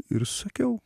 ir sakiau